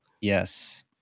Yes